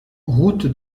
route